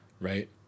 right